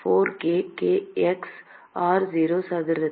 4 k x r0 சதுரத்தில்